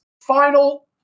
final